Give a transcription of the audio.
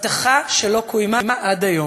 הבטחה שלא קוימה עד היום.